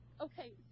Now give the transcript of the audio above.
Okay